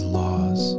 laws